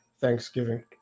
Thanksgiving